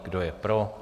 Kdo je pro?